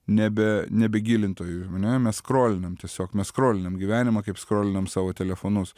nebe nebe gilintojų ar ne mes skrolinam tiesiog mes skrolinam gyvenimą kaip skrolinam savo telefonus